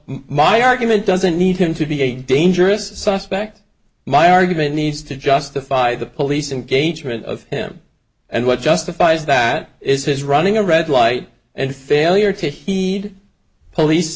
my argument doesn't need him to be a dangerous suspect my argument needs to justify the police and gates rid of him and what justifies that is his running a red light and failure to heed police